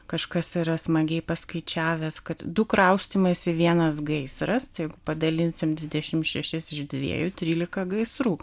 kažkas yra smagiai paskaičiavęs kad du kraustymaisi vienas gaisras tai padalinsim dvidešimt šešis iš dviejų trylika gaisrų